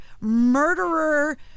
murderer